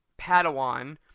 Padawan